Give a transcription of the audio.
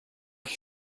ich